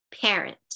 Parent